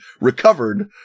recovered